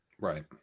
Right